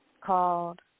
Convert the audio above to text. called